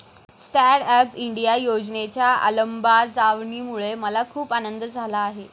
stand up India योजनेच्या अंमलबजावणीमुळे मला खूप आनंद झाला आहे